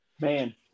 Man